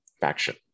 faction